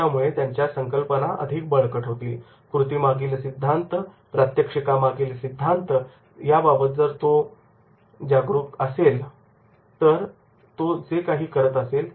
त्यामुळे त्याच्या संकल्पना अधिक बळकट होतील